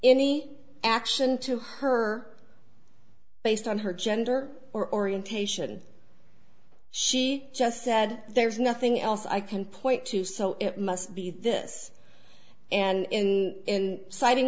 any action to her based on her gender or orientation she just said there's nothing else i can point to so it must be this and in